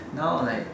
now like